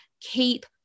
keep